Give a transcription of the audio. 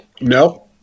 No